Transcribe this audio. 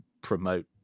promote